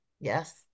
yes